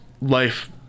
life